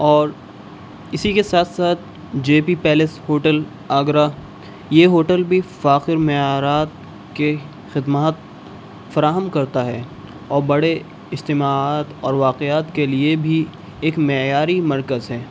اور اسی کے ساتھ ساتھ J P Palace Hotel Agra یہ ہوٹل بھی فاخر معیارات کے خدمات فراہم کرتا ہے اور بڑے اجتماعات اور واقعات کے لیے بھی ایک معیاری مرکز ہے